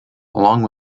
along